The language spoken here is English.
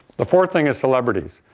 the fourth thing is celebrities.